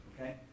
Okay